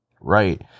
right